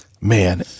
Man